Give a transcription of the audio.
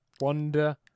Wonder